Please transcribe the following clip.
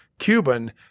Cuban